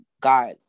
God